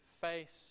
face